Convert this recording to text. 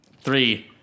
Three